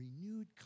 renewed